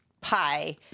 pie